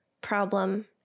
problem